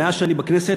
מאז שאני בכנסת,